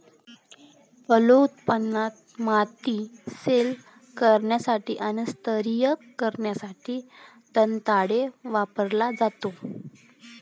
फलोत्पादनात, माती सैल करण्यासाठी आणि स्तरीय करण्यासाठी दंताळे वापरला जातो